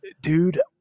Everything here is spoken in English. dude